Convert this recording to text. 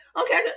Okay